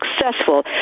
successful